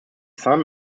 son